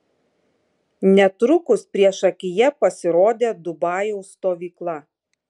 netrukus priešakyje pasirodė dubajaus stovykla